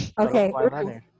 Okay